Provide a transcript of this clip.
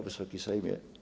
Wysoki Sejmie!